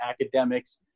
academics